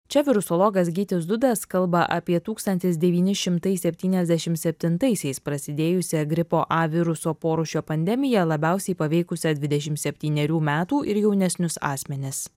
čia virusologas gytis dudas kalba apie tūkstantis devyni šimtai septyniasdešimt septintaisiais prasidėjusią gripo a viruso porūšio pandemiją labiausiai paveikusią dvidešimt septynerių metų ir jaunesnius asmenis